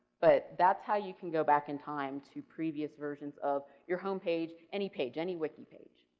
but that's how you can go back in time to previous versions of your homepage, any page, any wiki page.